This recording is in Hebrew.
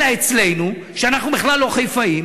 אלא אצלנו, כשאנחנו בכלל לא חיפאים,